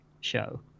show